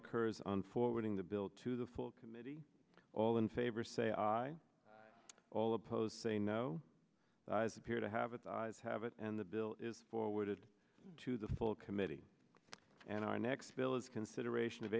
occurs on forwarding the bill to the full committee all in favor say aye all opposed say no appear to have it as have it and the bill is forwarded to the full committee and our next village consideration of